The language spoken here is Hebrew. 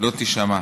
לא תישמע.